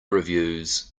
reviews